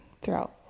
throughout